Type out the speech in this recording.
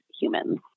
humans